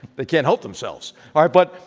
they can't help themselves. all right? but